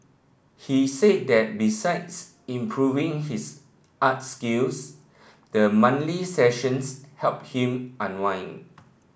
he said that besides improving his art skills the sessions help him unwind